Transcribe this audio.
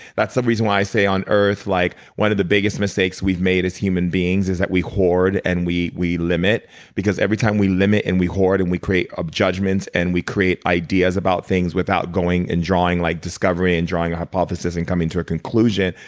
that's the reason why i say on earth like one of the biggest mistakes we've made is human beings is that we hoard and we we limit every time we limit and we hoard, and we create judgments and we create ideas about things without going and drawing like discovering and drawing hypothesis and coming to a conclusion,